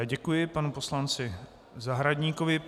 Děkuji panu poslanci Zahradníkovi.